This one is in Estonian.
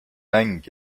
mäng